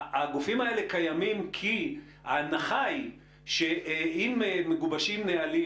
הגופים האלה קיימים כי ההנחה היא שאם מגובשים נהלים